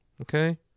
okay